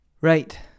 Right